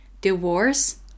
Divorce